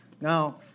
Now